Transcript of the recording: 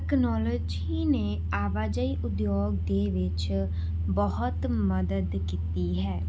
technology ਨੇ ਅਵਾਜਾਈ ਉਦਯੋਗ ਦੇ ਵਿੱਚ ਬਹੁਤ ਮਦਦ ਕੀਤੀ ਹੈ